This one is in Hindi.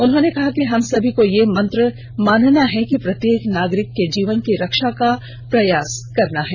उन्होंने कहा कि हम सभी को यह मंत्र मानना है और प्रत्येक नागरिक के जीवन की रक्षा का प्रयास करना है